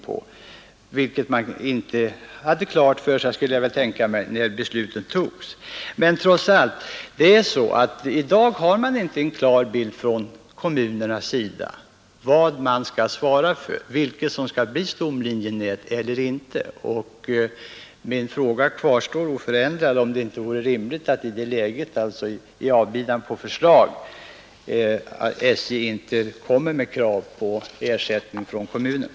Jag skulle tänka mig att man inte hade detta klart för sig när beslutet fattades. Det är trots allt så att man i kommunerna i dag inte har en klar bild av vad man skall svara för — vad som skall bli stomlinje eller inte. Min fråga kvarstår oförändrad — om det inte vore rimligt i detta läge, alltså i avbidan på förslag, att SJ inte kommer med krav på ersättning från kommunerna.